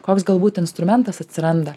koks galbūt instrumentas atsiranda